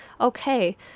okay